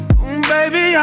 Baby